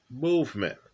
movement